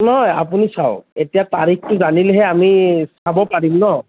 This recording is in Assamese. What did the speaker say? নহয় আপুনি চাওক এতিয়া তাৰিখটো জানিলেহে আমি চাব পাৰিম ন